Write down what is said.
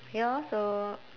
ya lor so